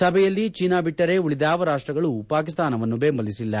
ಸಭೆಯಲ್ಲಿ ಚೀನಾ ಬಿಟ್ಟರೆ ಉಳಿದ್ಯಾವ ರಾಷ್ಟಗಳು ಪಾಕಿಸ್ತಾನವನ್ನು ಬೆಂಬಲಿಸಿಲ್ಲ